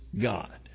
God